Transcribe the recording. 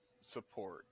support